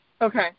Okay